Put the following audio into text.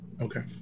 Okay